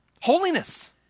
Holiness